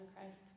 Christ